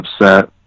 upset